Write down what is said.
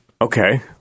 Okay